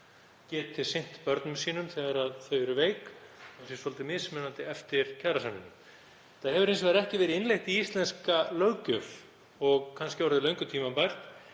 geti sinnt börnum sínum þegar þau eru veik þótt það sé svolítið mismunandi eftir kjarasamningum. Þetta hefur hins vegar ekki verið innleitt í íslenska löggjöf og kannski orðið löngu tímabært.